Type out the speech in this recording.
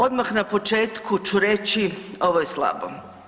Odmah na početku ću reći ovo je slabo.